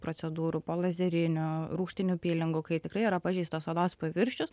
procedūrų po lazerinių rūgštinių pylingų kai tikrai yra pažeistas odos paviršius